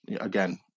Again